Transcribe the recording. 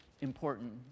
important